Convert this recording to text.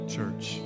Church